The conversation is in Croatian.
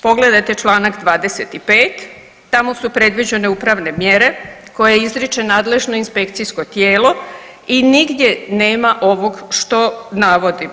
Pogledajte članak 25. tamo su predviđene upravne mjere koje izriče nadležno inspekcijsko tijelo i nigdje nema ovog što navodim.